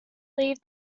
leave